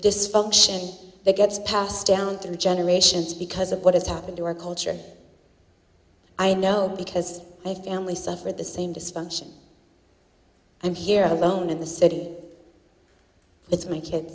dysfunction that gets passed down through the generations because of what is happening to our culture i know because my family suffered the same dysfunction i'm here alone in the city it's my kids